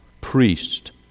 priest